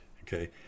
Okay